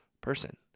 person